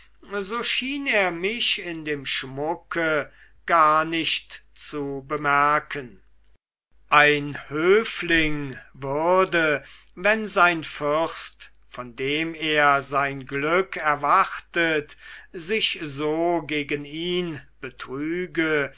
er mich in dem schmucke gar nicht zu bemerken ein höfling würde wenn sein fürst von dem er sein glück erwartet sich so gegen ihn betrüge